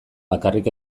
bakarrik